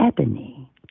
ebony